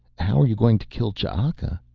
how are you going to kill ch'aka?